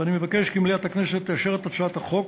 ואני מבקש כי מליאת הכנסת תאשר את הצעת החוק